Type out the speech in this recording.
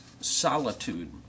solitude